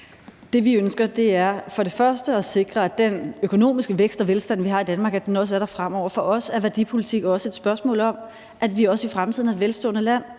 Det, vi ønsker, er for det første at sikre, at den økonomiske vækst og velstand, vi har i Danmark, også er der fremover. For os er værdipolitik også et spørgsmål om, at vi også i fremtiden er et velstående land,